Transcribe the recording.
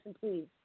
please